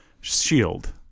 shield